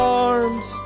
arms